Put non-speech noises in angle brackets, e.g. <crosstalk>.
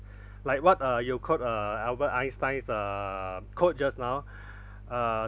like what uh you quote uh albert einstein is uh quote just now <breath> uh